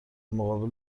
مقابل